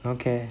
okay